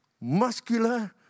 muscular